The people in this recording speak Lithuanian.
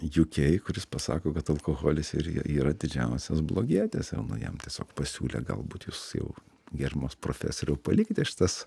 jukei kuris pasako kad alkoholis ir i yra didžiausias blogietis jau nu jam tiesiog pasiūlė galbūt jūs jau gerbiamas profesoriau palikite šitas